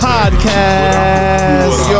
Podcast